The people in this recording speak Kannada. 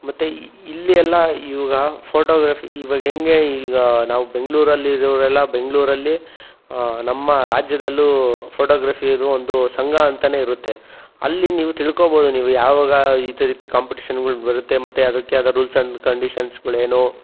ಮತ್ತೆ ಇಲ್ಲಿ ಎಲ್ಲ ಇವಾಗ ಫೋಟೋಗ್ರಫಿ ಇವಾಗ ಹೇಗೆ ಈಗ ನಾವು ಬೆಂಗಳೂರಲ್ಲಿ ಇರೋರೆಲ್ಲ ಬೆಂಗಳೂರಲ್ಲಿ ನಮ್ಮ ರಾಜ್ಯದಲ್ಲೂ ಫೋಟೋಗ್ರಫಿದು ಒಂದು ಸಂಘ ಅಂತಾನೆ ಇರುತ್ತೆ ಅಲ್ಲಿ ನೀವು ತಿಳ್ಕೊಬೋದು ನೀವು ಯಾವಾಗ ಈ ಥರ ಈ ಥರ ಕಾಂಪಿಟೇಷನ್ಗಳು ಬರುತ್ತೆ ಮತ್ತೆ ಅದಕ್ಕೆ ಆದ ರೂಲ್ಸ್ ಆ್ಯಂಡ್ ಕಂಡೀಷನ್ಸ್ಗಳೇನು